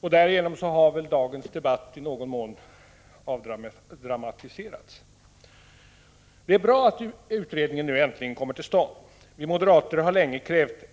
Därigenom har dagens debatt i någon mån avdramatiserats. Det är bra att utredningen nu äntligen kommer till stånd. Vi moderater har länge krävt detta.